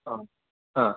आं हा